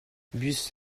bus